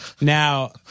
Now